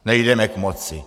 Nejdeme k moci.